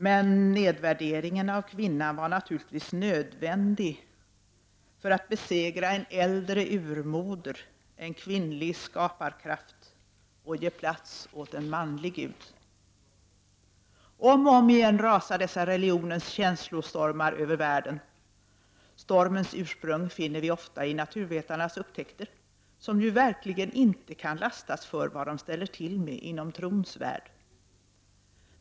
Men nedvärderingen av kvinnan var naturligtvis nödvändig för att besegra en äldre urmoder, en kvinnlig skaparkraft, och ge plats åt en manlig gud. Om och om igen rasar dessa religionens känslostormar över världen. Stormens ursprung finner vi ofta i naturvetarnas upptäckter, som ju verkligen inte kan lastas för vad de ställer till med inom trons värld.